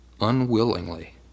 Unwillingly